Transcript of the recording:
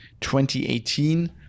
2018